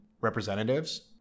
representatives